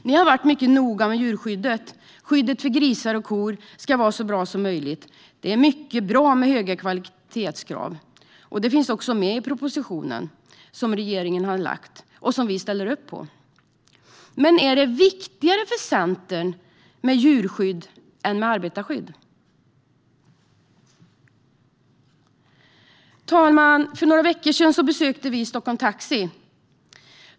Ni har varit mycket noga med djurskyddet. Skyddet för grisar och kor ska vara så bra som möjligt. Det är mycket bra med höga kvalitetskrav, och det finns också med i propositionen som regeringen har lagt fram och som vi ställer oss bakom. Men är det viktigare för Centern med djurskydd än med arbetarskydd? Herr talman! För några veckor sedan besökte vi Taxi Stockholm.